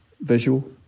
visual